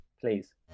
Please